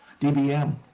dBm